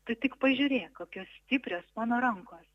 tu tik pažiūrėk kokios stiprios mano rankos